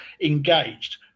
engaged